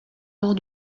lors